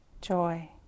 joy